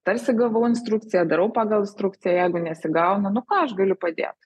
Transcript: tarsi gavau instrukciją darau pagal instrukciją jeigu nesigauna nu ką aš galiu padėt